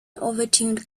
overturned